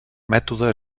mètode